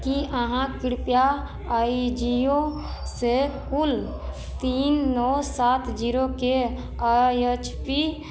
की अहाँ कृपया आइजियो सँ कुल तीन नओ सात जीरोके आइ एच पी